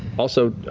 also,